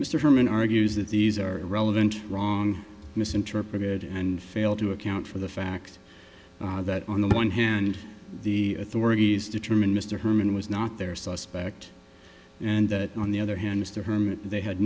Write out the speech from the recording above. mr herman argues that these are irrelevant wrong misinterpreted and failed to account for the fact that on the one hand the authorities determined mr herman was not there suspect and that on the other